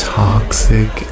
toxic